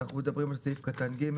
אנחנו מדברים על סעיף קטן (ג).